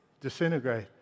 disintegrate